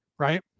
right